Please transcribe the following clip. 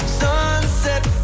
sunset